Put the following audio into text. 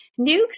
Nukes